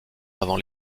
avant